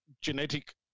genetic